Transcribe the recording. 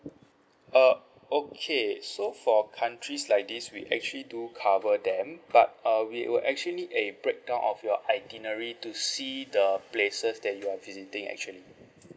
uh okay so for countries like this we actually do cover them but uh we will actually need a breakdown of your itinerary to see the places that you are visiting actually